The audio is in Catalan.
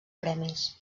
premis